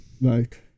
Right